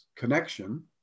connection